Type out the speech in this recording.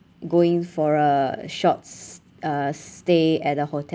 going for uh shops uh stay at a hotel